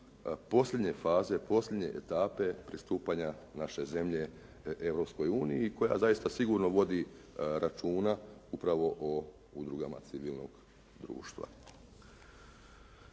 posljednje faze, posljednje etape pristupanja naše zemlje Europskoj uniji koja zaista sigurno vodi računa upravo o udrugama civilnog društva.